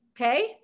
Okay